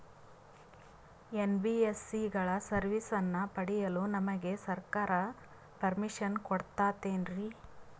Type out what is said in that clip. NBSC ಗಳ ಸರ್ವಿಸನ್ನ ಪಡಿಯಲು ನಮಗೆ ಸರ್ಕಾರ ಪರ್ಮಿಷನ್ ಕೊಡ್ತಾತೇನ್ರೀ?